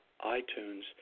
iTunes